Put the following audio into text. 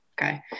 Okay